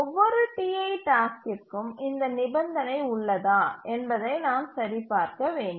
ஒவ்வொரு Ti டாஸ்க்கிற்கும் இந்த நிபந்தனை உள்ளதா என்பதை நாம் சரிபார்க்க வேண்டும்